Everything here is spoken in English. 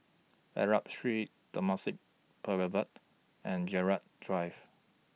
Arab Street Temasek Boulevard and Gerald Drive